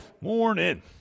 morning